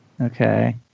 Okay